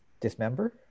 Dismember